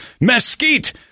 mesquite